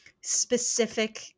specific